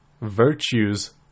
Virtues